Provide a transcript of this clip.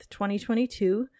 2022